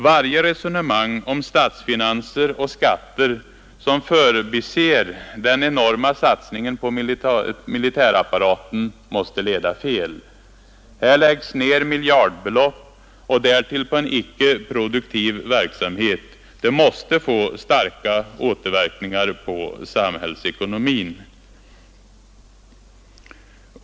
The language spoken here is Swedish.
Varje resonemang om statsfinanser och skatter som förbiser den enorma satsningen på militärapparaten måste leda fel. Här lägges ner miljardbelopp på en icke produktiv verksamhet. Det måste få starka återverkningar på samhällsekonomin.